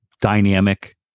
dynamic